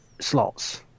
slots